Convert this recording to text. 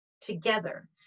together